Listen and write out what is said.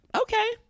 okay